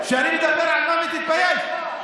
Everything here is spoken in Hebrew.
כשאני מדבר על מוות, תתבייש.